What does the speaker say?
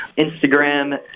instagram